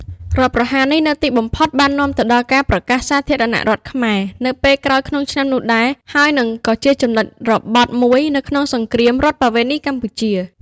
រដ្ឋប្រហារនេះនៅទីបំផុតបាននាំទៅដល់ការប្រកាសសាធារណរដ្ឋខ្មែរ នៅពេលក្រោយក្នុងឆ្នាំនោះដែរ ហើយនិងក៏ជាចំណុចរបត់មួយនៅក្នុងសង្គ្រាមរដ្ឋប្បវេណីកម្ពុជា។